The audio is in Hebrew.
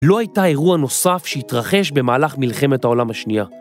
לא הייתה אירוע נוסף שהתרחש במהלך מלחמת העולם השנייה.